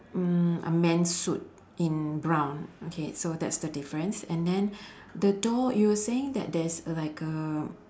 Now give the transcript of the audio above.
mm a man's suit in brown okay so that's the difference and then the door you were saying that there's a like a